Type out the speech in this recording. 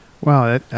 Wow